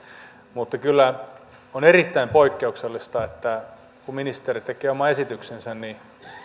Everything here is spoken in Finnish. on kyllä erittäin poikkeuksellista että kun ministeri tekee oman esityksensä niin